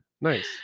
Nice